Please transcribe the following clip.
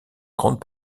grande